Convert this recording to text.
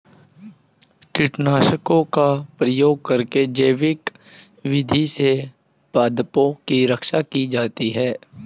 कीटनाशकों का प्रयोग करके जैविक विधि से पादपों की रक्षा की जाती है